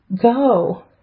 go